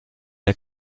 der